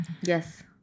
Yes